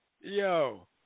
yo